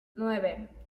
nueve